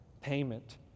payment